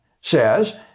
says